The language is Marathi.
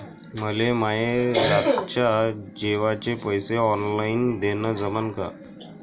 मले माये रातच्या जेवाचे पैसे ऑनलाईन देणं जमन का?